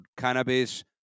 cannabis